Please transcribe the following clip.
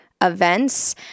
events